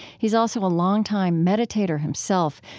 he's also a longtime meditator himself,